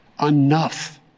Enough